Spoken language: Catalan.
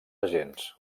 agents